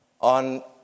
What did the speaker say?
on